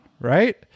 right